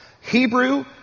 hebrew